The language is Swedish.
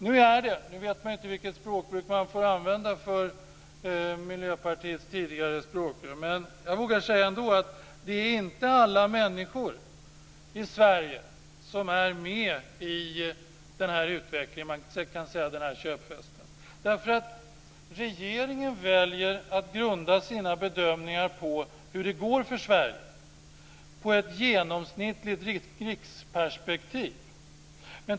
Man vet inte vilket språkbruk man får använda för Miljöpartiets språkrör, men jag vågar ändå säga att det inte är alla människor i Sverige som är med i den här utvecklingen, den här köpfesten. Regeringen väljer nämligen att grunda sina bedömningar på hur det går för Sverige på ett genomsnittligt riksperspektiv.